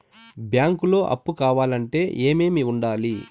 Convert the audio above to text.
బ్యాంకులో అప్పు కావాలంటే ఏమేమి ఉండాలి?